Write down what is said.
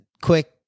quick